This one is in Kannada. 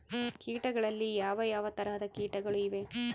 ಕೇಟಗಳಲ್ಲಿ ಯಾವ ಯಾವ ತರಹದ ಕೇಟಗಳು ಇವೆ?